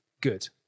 good